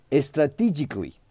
strategically